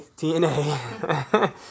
TNA